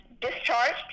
discharged